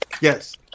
Yes